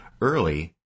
early